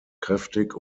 kräftig